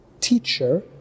teacher